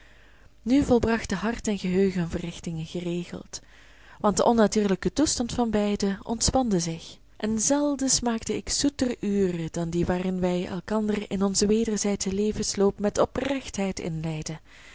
nu volbrachten hart en geheugen hun verrichtingen geregeld want de onnatuurlijke toestand van beiden ontspande zich en zelden smaakte ik zoeter uren dan die waarin wij elkander in onzen wederzijdschen levensloop met oprechtheid inleidden